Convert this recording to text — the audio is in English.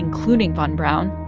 including von braun,